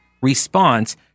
response